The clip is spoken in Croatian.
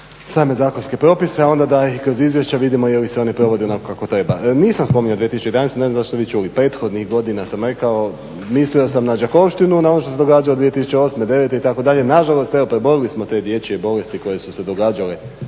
same zakonske propise a onda da i kroz izvješća vidimo je li se oni provode onako kako treba. Ne znam što ste vi čuli. Prethodnih godina sam rekao, mislio sam na Đakovštinu, na ono što se događalo 2008., 2009. itd. Nažalost evo preboljeli smo te dječje bolesti koje su se događale.